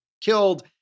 killed